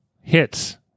hits